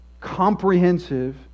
comprehensive